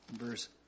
verse